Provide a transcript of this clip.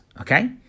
okay